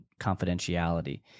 confidentiality